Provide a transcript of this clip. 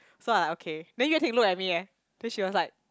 so I like okay then Yue-Ting look at me eh then she was like